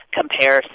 compare